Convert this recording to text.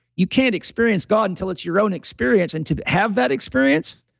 you can't experience god until it's your own experience and to have that experience,